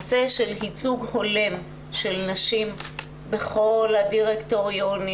נושא של ייצוג הולם של נשים בכל הדירקטוריונים,